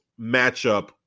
matchup